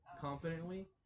confidently